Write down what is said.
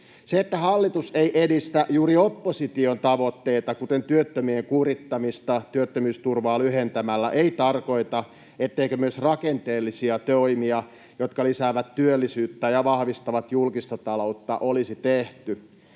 Se, että hallitus ei edistä juuri opposition tavoitteita, kuten työttömien kurittamista työttömyysturvaa lyhentämällä, ei tarkoita, etteikö myös rakenteellisia toimia, jotka lisäävät työllisyyttä ja vahvistavat julkista taloutta, olisi tehty.